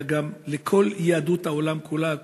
אלא גם לכל יהדות העולם כולה.